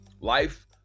Life